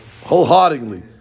wholeheartedly